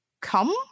come